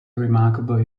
remarkable